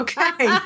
Okay